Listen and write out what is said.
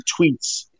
tweets